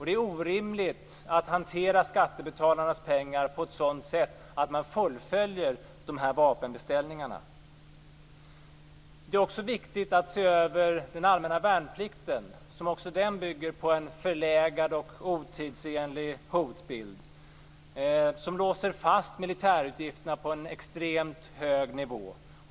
Det är orimligt att hantera skattebetalarnas pengar på ett sådant sätt att man fullföljer de här vapenbeställningarna. Det är också viktigt att se över den allmänna värnplikten, som också den bygger på en förlegad och otidsenlig hotbild som låser fast militärutgifterna på en extremt hög nivå.